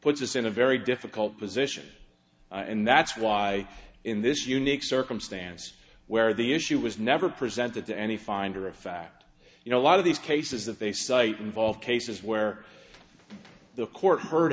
puts us in a very difficult position and that's why in this unique circumstance where the issue was never presented to any finder of fact you know a lot of these cases that they cite involve cases where the court heard